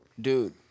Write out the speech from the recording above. Dude